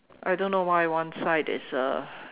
I don't know why one side is a uh